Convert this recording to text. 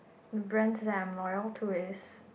the brands that I am loyal to is